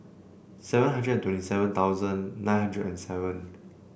seven hundred and twenty seven thousand nine hundred and seven